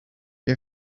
you